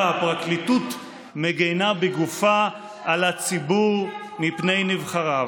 שבה הפרקליטות מגינה בגופה על הציבור מפני נבחריו.